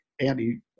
Andy